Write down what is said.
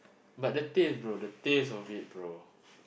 but the taste the taste of it bro